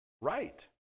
right